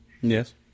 Yes